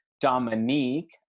Dominique